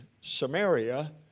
Samaria